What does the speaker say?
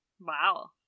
Wow